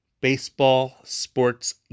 baseball-sports